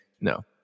no